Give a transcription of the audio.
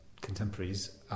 contemporaries